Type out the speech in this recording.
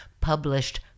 published